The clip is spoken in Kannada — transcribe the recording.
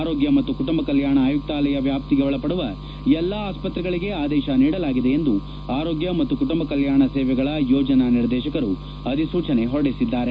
ಆರೋಗ್ಯ ಮತ್ತು ಕುಟುಂಬ ಕಲ್ಯಾಣ ಆಯುಕ್ತಾಲಯ ವ್ಯಾಪ್ತಿಗೆ ಒಳಪಡುವ ಎಲ್ಲ ಆಸ್ಪತ್ರೆಗಳಿಗೆ ಆದೇಶ ನೀಡಲಾಗಿದೆ ಎಂದು ಆರೋಗ್ಯ ಮತ್ತು ಕುಟುಂಬ ಕಲ್ಯಾಣ ಸೇವೆಗಳ ಯೋಜನಾ ನಿರ್ದೇಶಕರು ಅಧಿಸೂಚನೆ ಹೊರಡಿಸಿದ್ದಾರೆ